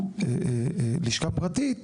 לשכה פרטית,